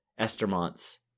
Estermont's